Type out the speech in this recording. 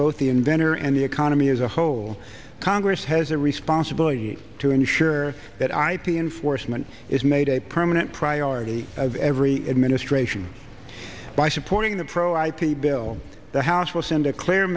both the inventor and the economy as a whole congress has a responsibility to ensure that ip enforcement is made a permanent priority of every administration by supporting the pro ip bill the house will send a clear